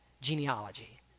genealogy